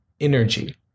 energy